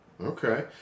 Okay